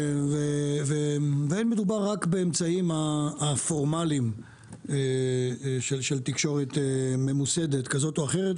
ואין מדובר רק באמצעים הפורמליים של תקשורת ממוסדת כזאת או אחרת,